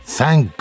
thank